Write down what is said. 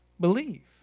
believe